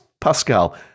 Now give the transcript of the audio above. pascal